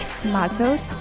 tomatoes